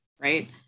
right